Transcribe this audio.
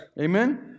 Amen